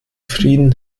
frieden